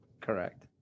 Correct